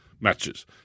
matches